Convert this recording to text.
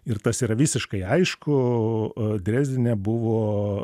ir tas yra visiškai aišku dresdene buvo